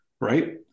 right